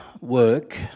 work